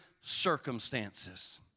circumstances